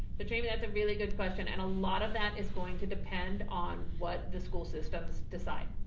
but jamie, that's a really good question and a lot of that is going to depend on what the school systems decide.